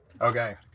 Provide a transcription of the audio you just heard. Okay